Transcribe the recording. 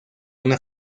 una